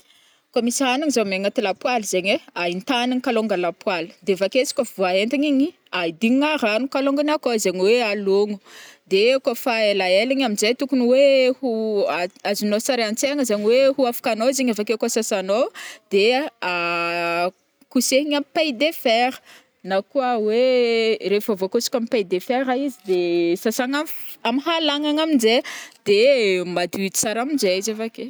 Koa misy hanigny zao mey agnaty lapoaly zegny ai, entagniny kalôngany lapoaly de vake izy koa fa voaentagna igny, ahidignina rano kalongany akô zegny oe alôgno, de kôfa elaela igny amjai tokony oe ho azonao sary antsaigna zagny oe ho afaka anô zegny avake koa sasagnao, de kosehigna am paille de fer na koa oe rehefa voakosoka am paille de fer izy de sasana amin ffff-halagnana amjai de madio tsara aminjai izy avake.